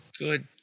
Good